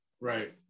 Right